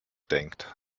denkt